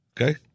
Okay